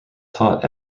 taught